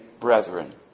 brethren